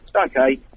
okay